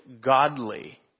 godly